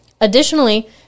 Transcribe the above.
Additionally